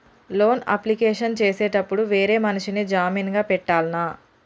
Loan application చేసేటప్పుడు వేరే మనిషిని జామీన్ గా పెట్టాల్నా?